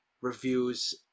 reviews